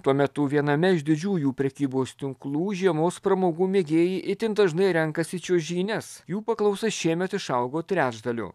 tuo metu viename iš didžiųjų prekybos tinklų žiemos pramogų mėgėjai itin dažnai renkasi čiuožynes jų paklausa šiemet išaugo trečdaliu